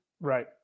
Right